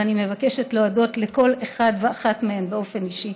ואני מבקשת להודות לכל אחד ואחת מהם באופן אישי.